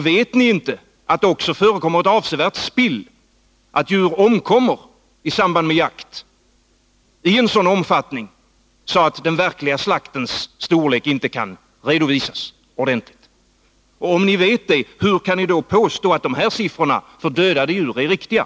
Vet ni inte att det också förekommer ett avsevärt spill, att djur omkommer i samband med jakt i en sådan omfattning att den verkliga slaktens storlek inte kan redovisas ordentligt? Om ni vet det, hur kan ni då påstå att de här siffrorna för dödade djur är riktiga?